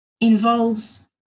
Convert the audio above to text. involves